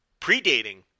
predating